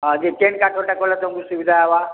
ହଁ ଯେ କେନ୍ କାଠ୍' ର ଟା କଲେ ତମ୍କୁ ସୁବିଧା ହେବା